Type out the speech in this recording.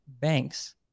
banks